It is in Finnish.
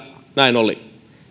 näin oli